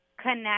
connect